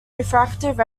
refractive